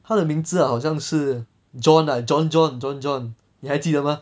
他的名字好像是 john ah john john john john 你还记得吗